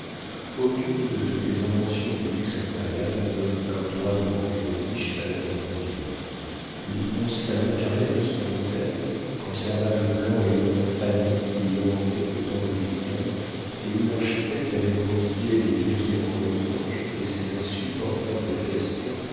aucune de toutes les inventions du luxe impérial n'obtint droit de bourgeoisie chez madame de granville l'immense salon carré de son hôtel conserva le blanc et l'or fanés qui l'ornaient au temps de louis xv et où l'architecte avait prodigué les grilles en losanges et ces insupportables festons